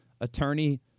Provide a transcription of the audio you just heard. attorney